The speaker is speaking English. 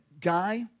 guy